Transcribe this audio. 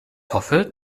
hoffe